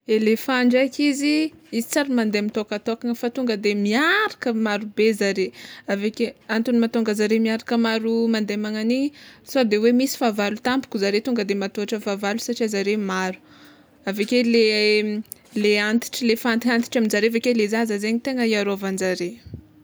Elefany ndraiky izy, izy tsy ary mande mitôkatôkana fa tonga de miaraka marobe zare, aaveke antsony mahatonga zare miaraka maro mande magnan'igny sao de hoe misy fahavalo tampoka zare tonga de mahatohitra fahavalo satria zare maro, aveke le le antitry le efa antiantitry aminjareo aveke le zaza zegny tegna hiarovanjare.